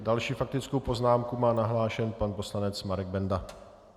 Další faktickou poznámku má nahlášenu pan poslanec Marek Benda.